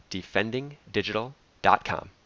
defendingdigital.com